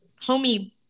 Homie